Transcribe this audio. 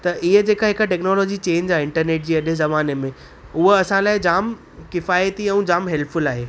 त इहे जेका हिकु टैक्नोलॉजी चेंज आहे इंटरनेट जी अॼु ज़माने में उहा असां लाइ जाम किफायती ऐं जाम हेल्पफुल आहे